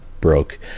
broke